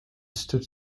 stood